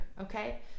okay